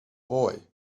boy